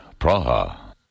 Praha